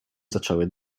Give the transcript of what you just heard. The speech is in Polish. zaczęły